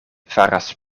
faras